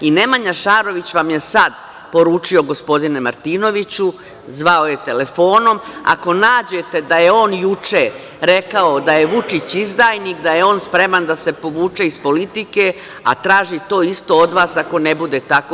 Nemanja Šarović vam je sad poručio, gospodine Martinoviću, zvao je telefonom, ako nađete da je on juče rekao da je Vučić izdajnik, da je on spreman da se povuče iz politike, a traži to isto od vas ako ne bude tako.